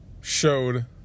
showed